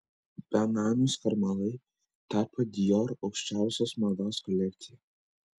benamių skarmalai tapo dior aukštosios mados kolekcija